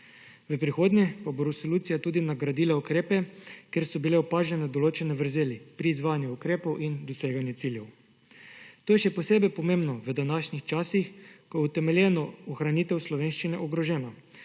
V prihodnje pa bo resolucija tudi nadgradila ukrepe ker so bile opažene določene vrzeli pri izvajanju ukrepov in doseganje ciljev. To je še posebej pomembno v današnjih časih, ko je utemeljeno ohranitev slovenščine ogroženo.